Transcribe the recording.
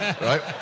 right